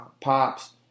pops